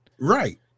Right